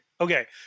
Okay